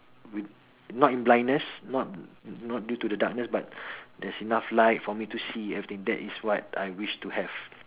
with not in blindness not not due to the darkness but there's enough light for me to see everything that is what I wish to have